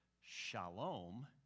shalom